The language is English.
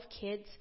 kids